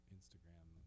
Instagram